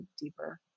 deeper